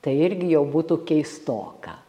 tai irgi jau būtų keistoka